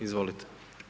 Izvolite.